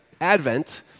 Advent